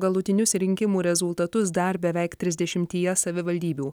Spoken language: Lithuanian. galutinius rinkimų rezultatus dar beveik trisdešimtyje savivaldybių